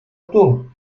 том